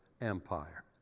empire